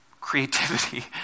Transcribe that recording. creativity